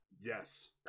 yes